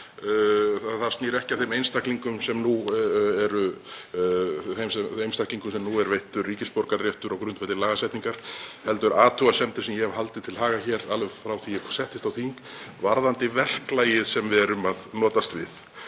Það snýr ekki að þeim einstaklingum sem nú er veittur ríkisborgararéttur á grundvelli lagasetningar heldur athugasemdum sem ég hef haldið til haga hér alveg frá því að ég settist á þing varðandi verklagið sem við notumst við.